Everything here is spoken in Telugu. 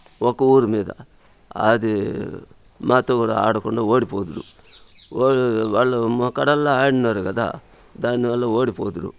ఒక ఊరు మీద అది మాతో కూడా ఆడకుండా ఓడిపోదురు వాళ్ళు వాళ్ళు మా కడల ఆడినారు కదా దానివల్ల ఓడిపోదురు